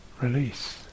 release